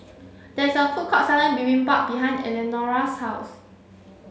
there is a food court selling Bibimbap behind Eleanora's house